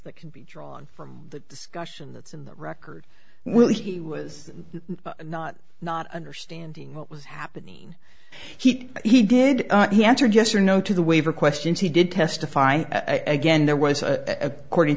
e can be drawn from the discussion that's in the record will he was not not understanding what was happening he he did he answered yes or no to the waiver questions he did testify again there was a according